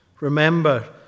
Remember